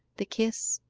the kiss,